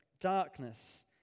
Darkness